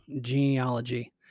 genealogy